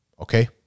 Okay